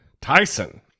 Tyson